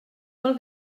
pel